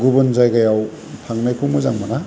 गुबुन जायगायाव थांनायखौ मोजां मोना